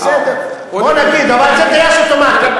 בסדר, בוא נגיד, אבל זה טייס אוטומטי.